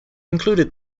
included